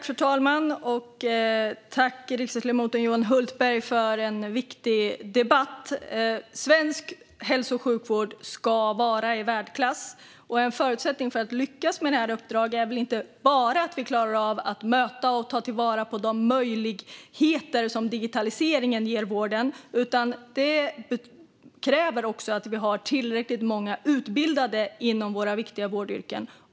Fru talman! Tack, riksdagsledamoten Johan Hultberg, för en viktig debatt! Svensk hälso och sjukvård ska vara i världsklass, och en förutsättning för att lyckas med detta uppdrag är inte bara att vi klarar av att möta och ta vara på de möjligheter som digitaliseringen ger vården, utan det krävs också att vi har tillräckligt många utbildade inom våra viktiga vårdyrken.